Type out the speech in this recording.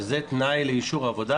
שזה תנאי לאישור עבודה,